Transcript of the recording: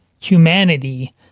humanity